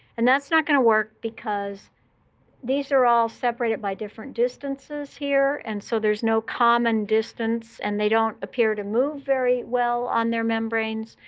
and that's not going to work, because these are all separated by different distances here. and so there's no common distance, and they don't appear to move very well on their membranes.